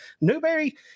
Newberry